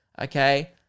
Okay